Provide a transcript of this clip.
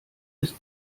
ist